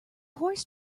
horse